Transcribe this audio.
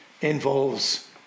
involves